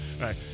right